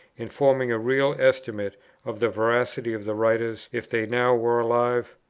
in forming a real estimate of the veracity of the writers, if they now were alive?